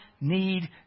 need